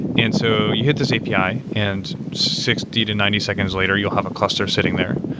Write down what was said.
and so you hit this api and sixty to ninety seconds later you'll have a cluster sitting there.